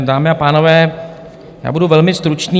Dámy a pánové, budu velmi stručný.